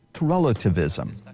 relativism